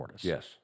Yes